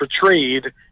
portrayed